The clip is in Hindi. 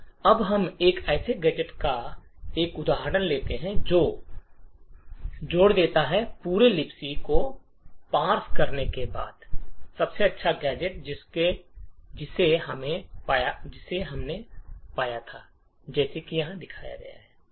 अब हम एक ऐसे गैजेट का एक और उदाहरण लेते हैं जो जोड़ देता है पूरे लिबक को पार्स करने के बाद सबसे अच्छा गैजेट जिसे हमने पाया था जैसा कि यहां दिखाया गया है